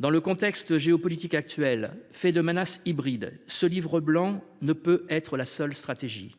Dans le contexte géopolitique actuel, fait de menaces hybrides, ce livre blanc ne peut être la seule stratégie.